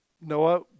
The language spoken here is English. Noah